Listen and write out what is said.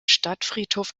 stadtfriedhof